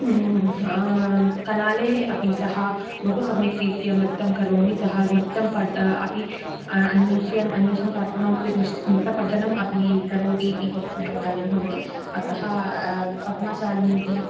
कलालये अपि सः बहु सम्यक् रीत्या नृत्तं करोमि सः नृत्तं पठ अपि अन्येषां अन्येषां छात्राणां कृते नृश् नृत्तं पठनम् अपि करोति इति बहु सम्यक् कार्यं भवति अतः पद्माशालिनीति